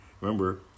remember